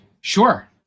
sure